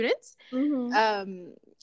students